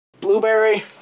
blueberry